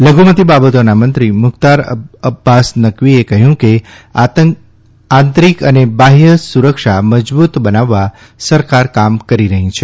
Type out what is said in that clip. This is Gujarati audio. લધુમતિ બાબતોના મંત્રી મુખ્તાર અબ્બાસ નકવીએ કહ્યું કે આંતરિક અને બાહ્ય સુરક્ષા મજબૂત બનાવવા સરકાર કામ કરી રહી છે